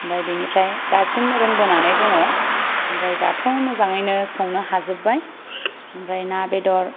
ओमफ्राय बेनिफ्राय दासिम रोंबोनानै दङ ओमफ्राय दाथ' मोजाङैनो संनो हाजोबबाय ओमफ्राय ना बेदर